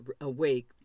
awake